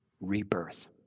rebirth